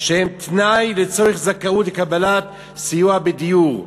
הוא תנאי לצורך זכאות לקבלת סיוע בדיור?